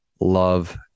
love